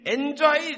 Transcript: enjoy